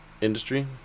industry